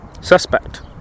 suspect